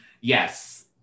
Yes